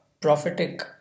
prophetic